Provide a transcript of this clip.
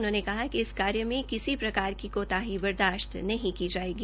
उन्होंने कहा कि इस कार्य में किसी प्रकार की कोताही बर्दाश्त नहीं की जायेगी